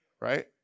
right